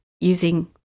using